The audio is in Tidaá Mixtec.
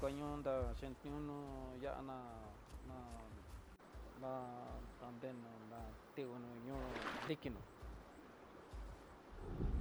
Koño ná xhintiuno, ho yana na- na tandeno da tuno ñoo dikinó.